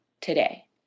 today